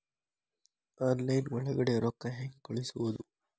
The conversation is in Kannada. ಆನ್ಲೈನ್ ಒಳಗಡೆ ರೊಕ್ಕ ಹೆಂಗ್ ಕಳುಹಿಸುವುದು?